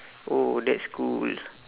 oh that's cool